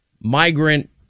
migrant